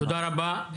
תודה רבה.